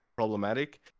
problematic